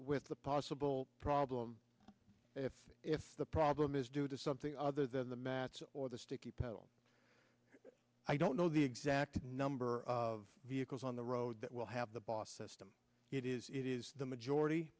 with the possible problem if if the problem is due to something other than the mats or the sticky pedal i don't know the exact number of vehicles on the road that will have the boss system it is it is the majority